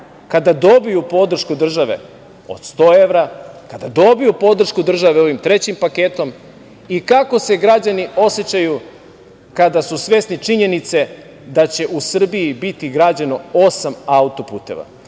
kada dobiju podršku države od 100 evra, kada dobiju podršku države ovim trećim paketom i kako se građani osećaju kada su svesni činjenice da će u Srbiji biti građeno osam autoputeva. Na